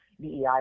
DEI